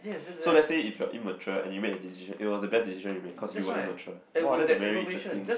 so let's say if you're immature and you make the decision it was a bad decision you made cause you were immature !wah! that's a very interesting